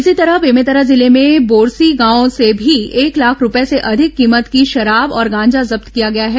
इसी तरह बेमेतरा जिले में बोरसी गांव से भी एक लाख रूपये से अधिक कीमत की शराब और गांजा जब्त किया गया है